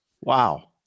Wow